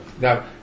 Now